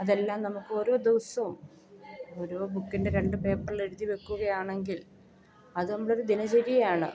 അതെല്ലാം നമുക്ക് ഓരോ ദിവസവും ഒരു ബുക്കിൻ്റെ രണ്ട് പേപ്പറിൽ എഴുതി വെക്കുകയാണെങ്കിൽ അത് നമ്മളെ ഒരു ദിനചര്യയാണ്